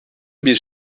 bir